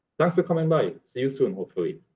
thanks for coming by. see you soon hopefully!